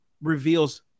reveals